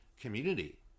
community